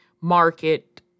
market